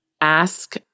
ask